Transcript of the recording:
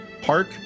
Park